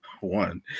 One